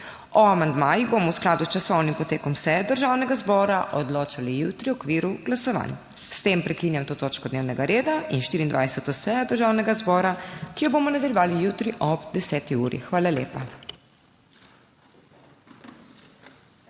amandmajih bomo v skladu s časovnim potekom seje Državnega zbora odločali jutri v okviru glasovanj. S tem prekinjam to točko dnevnega reda in 24. sejo Državnega zbora, ki jo bomo nadaljevali jutri ob 10. uri. Hvala lepa.